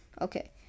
Okay